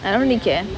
I don't really care